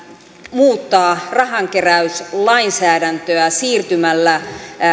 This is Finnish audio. muuttaa rahankeräyslainsäädäntöä siirtymällä